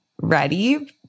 ready